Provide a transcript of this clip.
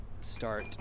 start